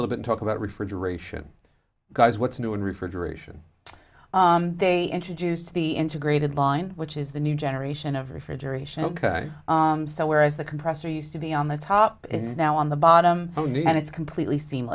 little bit talk about refrigeration guys what's new in refrigeration they introduced the integrated line which is the new generation of refrigeration ok so whereas the compressor used to be on the top it's now on the bottom and it's completely